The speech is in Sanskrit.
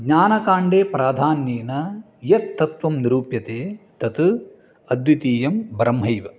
ज्ञानकाण्डे प्राधान्येन यत्तत्वं निरूप्यते तत् अद्वितीयं ब्रह्मैव